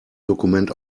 dokument